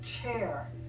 chair